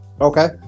Okay